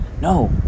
No